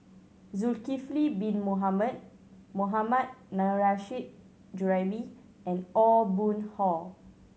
Zulkifli Bin Mohamed Mohammad Nurrasyid Juraimi and Aw Boon Haw